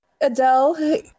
Adele